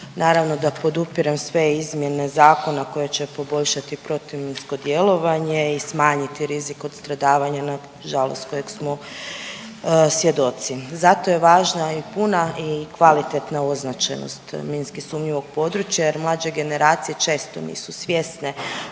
Naravno da podupirem sve izmjene zakona koje će poboljšati protuminsko djelovanje i smanjiti rizik od stradavanja na žalost kojeg smo svjedoci. Zato je važna i puna i kvalitetna označenost minski sumnjivog područja, jer mlađe generacije često nisu svjesne